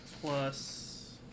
Plus